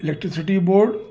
electricity board